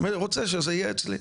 רוצה שזה יהיה אצלי.